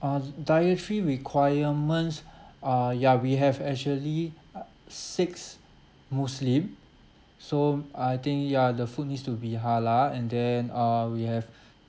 uh dietary requirements uh ya we have actually six muslim so I think ya the food needs to be halal and then uh we have